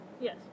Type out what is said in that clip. Yes